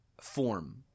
form